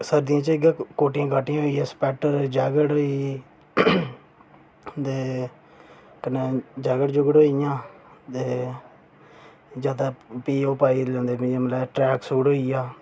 सर्दियें च गै कोटी काटियां होई गे स्वैटर जैकेट होई गेई ते कन्नै जैकेट जूकट होई गेइयां ते ज्यादा फ्ही ओह् पाई लैंदे मतलब ट्रैक सूट होई गेआ